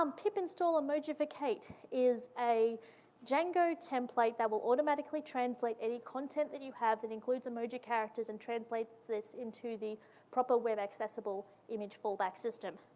um pip install ah emojificate is a django template that will automatically translate any content that you have that includes emoji characters and translates this into the proper way of accessible image fallback system.